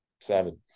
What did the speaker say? seven